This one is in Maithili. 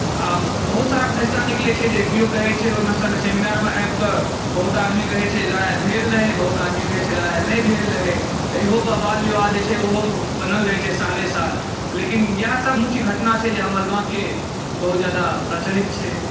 आ बहुत सारा फैसला निकलैत छै जे किओ कहैत छै ओहिमे सेमिनारमे आबिके बहुत आदमी कहैत छै लड़ाइ भेल रहै बहुत आदमी कहैत छै लड़ाइ नहि भेल रहै तऽ इहो पर वाद विवाद जे छै ओहो बनल रहैत छै साले साल लेकिन इएहसभ मुख्य घटना छै जे हमर गाँवके बहुत ज्यादा प्रचलित छै